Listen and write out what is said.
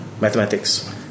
mathematics